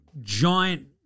giant